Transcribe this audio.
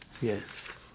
Yes